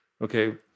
Okay